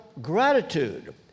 gratitude